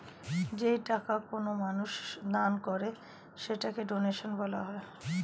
যেই টাকা কোনো মানুষ দান করে সেটাকে ডোনেশন বলা হয়